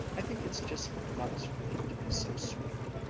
i think it's just nice for them to be so sweet!